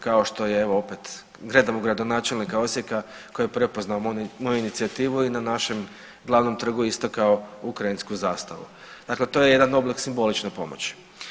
Kao što je evo opet redom gradonačelnika Osijeka koji je prepoznao moju inicijativu i na našem glavnom trgu istakao ukrajinsku zastavu, dakle to je jedan oblik simbolične pomoći.